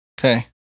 Okay